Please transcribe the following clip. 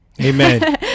Amen